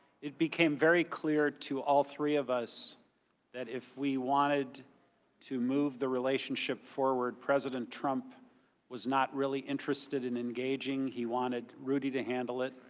it became very clear to all three of us that if we wanted to move the relationship forward, president trump was not really interested in engaging. he wanted rudy to handle it.